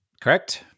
Correct